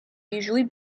usually